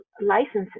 licenses